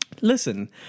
Listen